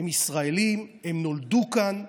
הם ישראלים, הם נולדו כאן.